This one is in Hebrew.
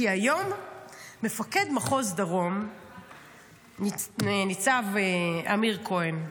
כי היום מפקד מחוז דרום ניצב אמיר כהן.